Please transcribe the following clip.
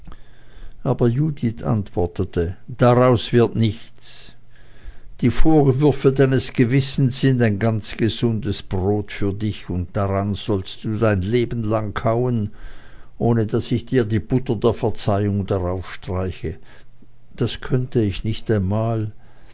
aber judith antwortete daraus wird nichts die vorwürfe deines gewissens sind ein ganz gesundes brot für dich und daran sollst du dein leben lang kauen ohne daß ich dir die mutter der verzeihung darauf streiche dies könnte ich nicht einmal